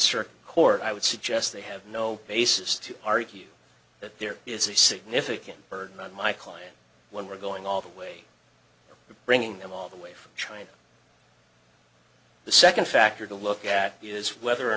circuit court i would suggest they have no basis to argue that there is a significant burden on my client when we're going all the way bringing them all the way from china the second factor to look at is whether or